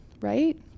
right